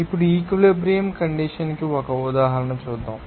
ఇప్పుడు equilibrium conditions కి ఒక ఉదాహరణ చూద్దాం